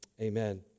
Amen